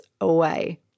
away